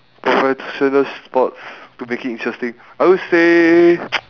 professional sports to make it interesting I would say